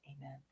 Amen